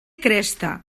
cresta